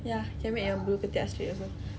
ya can make your bulu ketiak straight also